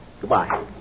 Goodbye